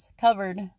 covered